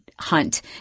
hunt